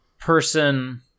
person